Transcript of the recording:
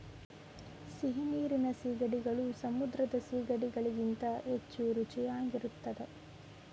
ಸಿಹಿನೀರಿನ ಸೀಗಡಿಗಳು ಸಮುದ್ರದ ಸಿಗಡಿ ಗಳಿಗಿಂತ ಹೆಚ್ಚು ರುಚಿಯಾಗಿರುತ್ತದೆ